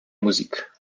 musik